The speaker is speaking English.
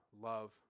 love